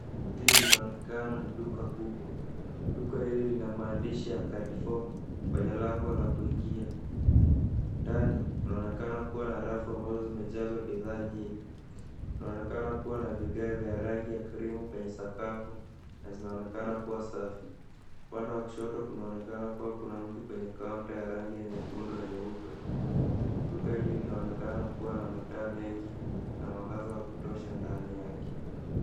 Hili linaonekana ni duka kubwa. Duka hili lina maandishi ya carrefour kwenye lango la kuingia. Ndani kunaonekana kuwa na rafu ambazo zimejazwa bidhaa nyingi. Unaonekana kuwa na vigae vya rangi ya krimu kwenye sakafu na zinaonekana kuwa safi. Upande wa kushoto kunaonekana kuwa kuna mtu kwenye kaunta ya rangi ya nyekundu na nyeupe. Duka hili linaonekana kuwa na mataa mengi na mwangaza wa kutosha ndani yake.